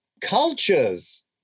cultures